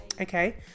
okay